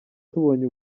tubonye